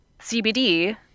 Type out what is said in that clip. CBD